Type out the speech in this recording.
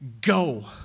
go